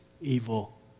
evil